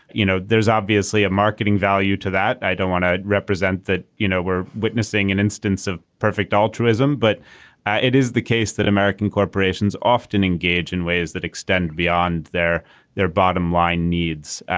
you know there's obviously a marketing value to that. i don't want to represent that you know we're witnessing an instance of perfect altruism but it is the case that american corporations often engage in ways that extend beyond their their bottom line needs.